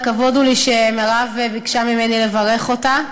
כבוד הוא לי שמירב ביקשה ממני לברך אותה.